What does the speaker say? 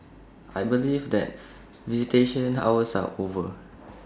I believe that visitation hours are over